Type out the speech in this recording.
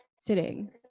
sitting